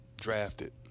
drafted